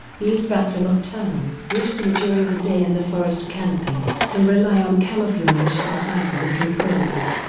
these bats are nocturnal, roosting during the day in the forest canopy. they rely on camouflage to hide them from predators.